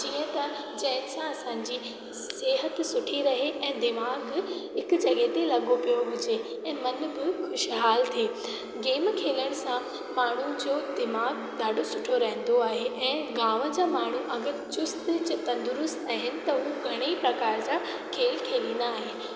जीअं त जंहिंसां असांजी सिहत सुठी आहे ऐं दिमाग़ु हिकु जॻहि ते लॻो पियो हुजे ऐं मनु बि ख़ुशिहाल थिए गेम खेलण सां माण्हू जो दिमाग़ु ॾाढो सुठो रहंदो आहे ऐं गांव जा माण्हू अगरि चुस्तु तंदुरुस्तु आहिनि त उहे घणेई प्रकार जा खेल खेलींदा आहिनि